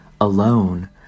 alone